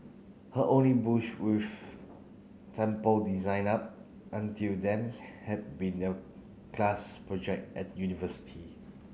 her only bush with temple design up until then had been class project at university